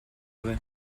vrai